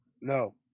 no